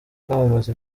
kwamamaza